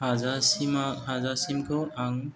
हाजासिमा हाजासिमखौ आं